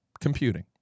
computing